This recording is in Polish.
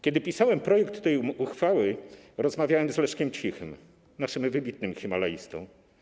Kiedy pisałem projekt tej uchwały, rozmawiałem z Leszkiem Cichym, naszym wybitnym himalaistą.